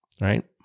right